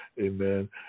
Amen